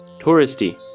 touristy